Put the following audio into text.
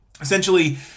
essentially